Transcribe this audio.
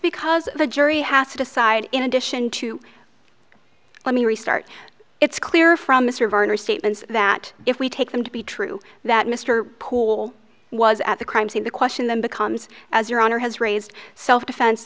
because the jury has to decide in addition to let me restart it's clear from mr verner statements that if we take them to be true that mr poole was at the crime scene the question then becomes as your honor has raised self defense